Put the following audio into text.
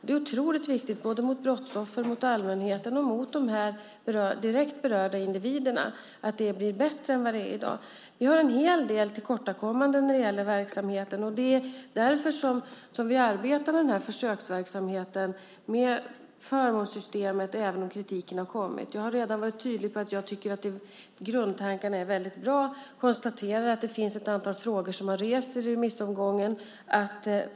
Det är otroligt viktigt för brottsoffren, allmänheten och de direkt berörda individerna att det blir bättre än det är i dag. Vi har en hel del tillkortakommanden när det gäller verksamheten. Det är därför vi arbetar med den här försöksverksamheten och med förmånssystemet även om kritiken har kommit. Jag har redan varit tydlig med att jag tycker att grundtanken är väldigt bra och konstaterar att det finns ett antal frågor som har väckts i remissomgången.